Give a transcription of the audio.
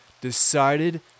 decided